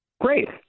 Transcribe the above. Great